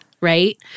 right